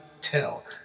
tell